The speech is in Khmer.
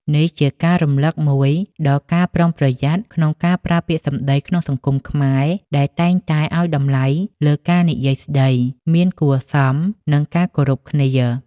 នេះជាការរំលឹកមួយដល់ការប្រុងប្រយ័ត្នក្នុងការប្រើពាក្យសម្តីក្នុងសង្គមខ្មែរ ដែលតែងតែឱ្យតម្លៃលើការនិយាយស្ដីមានគួរសម និងការគោរពគ្នា។